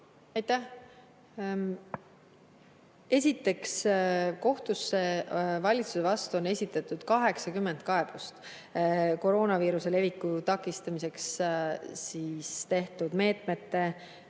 Aitäh! Esiteks, kohtusse on valitsuse vastu esitatud 80 kaebust koroonaviiruse leviku takistamiseks tehtud meetmete